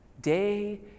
day